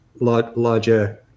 larger